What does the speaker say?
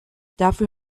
dafür